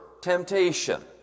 temptation